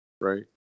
right